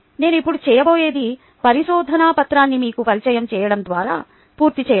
నేను ఇప్పుడు చేయబోయేది పరిశోధన పత్రాన్ని మీకు పరిచయం చేయడం ద్వారా పూర్తి చేయడం